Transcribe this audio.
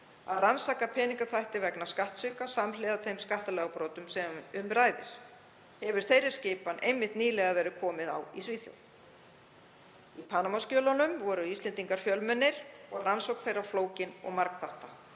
að rannsaka peningaþvætti vegna skattsvika samhliða þeim skattalagabrotum sem um ræðir. Hefur þeirri skipan einmitt nýlega verið komið á í Svíþjóð. Í Panama-skjölunum voru Íslendingar fjölmennir og rannsókn málanna flókin og margþátta.